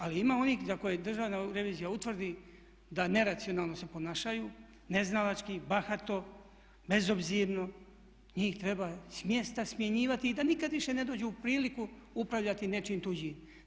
Ali ima onih za koje Državna revizija utvrdi da neracionalno se ponašanju, neznalački, bahato, bezobzirno njih treba smjesta smjenjivati i da nikad više ne dođu u priliku upravljati nečijim tuđim.